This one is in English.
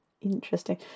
interesting